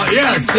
yes